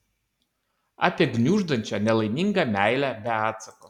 apie gniuždančią nelaimingą meilę be atsako